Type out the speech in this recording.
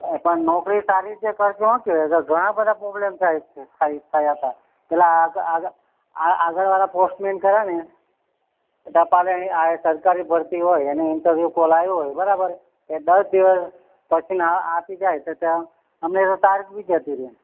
પણ નોકરી સારી રીતે કરજો હો કે ઘણા બધા પ્રોબલમ થયા છે થયા તા આ આ આગળવાળા પોસ્ટમેન ખરાને ટપાલ આય સરકારી ભરતી હોય એને ઇન્ટરવ્યૂ કોલ આવ્યો હોય બરાબર એ દસ દિવસ પછી ના આપી જાય તો તો અમને તારીખ બી જતી રહે